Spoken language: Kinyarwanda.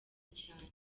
cyane